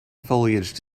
foliage